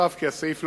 ונוסף על כך,